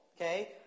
okay